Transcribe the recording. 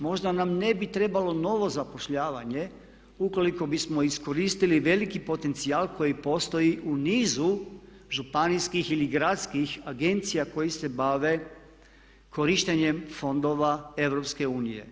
Možda nam ne bi trebalo novo zapošljavanje ukoliko bismo iskoristili veliki potencijal koji postoji u nizu županijskih ili gradskih agencija koje se bave korištenjem fondova EU.